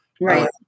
Right